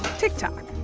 tiktok.